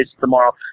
tomorrow